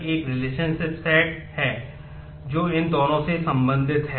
एक रिलेशनशिप है जो इन दोनों से संबंधित है